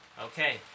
Okay